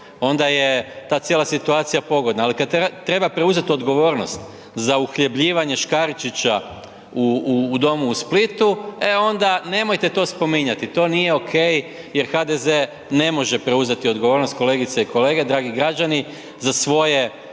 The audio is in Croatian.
onda je ta cijela situacija pogodna, ali kad treba preuzet odgovornost za uhljebljivanje Škaričića u domu u Splitu, e onda nemojte to spominjati, to nije ok jer HDZ ne može preuzeti odgovornost, kolegice i kolege, dragi građani, za svoje